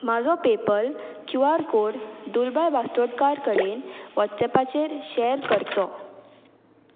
म्हाजो PayPal Q R code दुलबाय वास्तोडकार कडेन व्हॉट्सॲपाचेर शॅर करचो